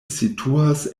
situas